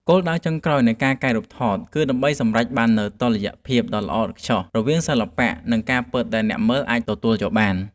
គោលដៅចុងក្រោយនៃការកែរូបថតគឺដើម្បីសម្រេចបាននូវតុល្យភាពដ៏ល្អឥតខ្ចោះរវាងសិល្បៈ និងការពិតដែលអ្នកមើលអាចទទួលយកបាន។